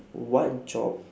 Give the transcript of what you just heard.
what job